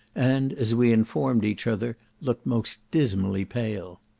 and, as we informed each other, looked most dismally pale.